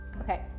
Okay